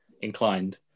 inclined